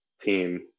team